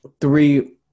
three